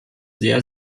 sehr